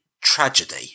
tragedy